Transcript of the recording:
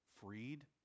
freed